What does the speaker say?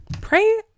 pray